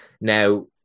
Now